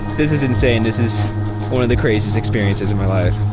this is insane, this is one of the craziest experiences of my life.